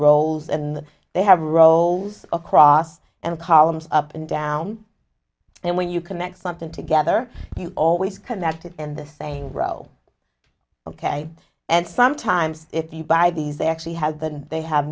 rolls and they have rolls across and columns up and down and when you connect something together you always connected in the same row ok and sometimes if you buy these they actually have been they have